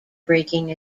breaking